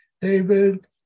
David